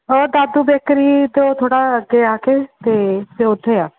ਉਹ ਦਾਦੂ ਬੇਕਰੀ ਤੋਂ ਥੋੜ੍ਹਾ ਅੱਗੇ ਆ ਕੇ ਅਤੇ ਉੱਥੇ ਆ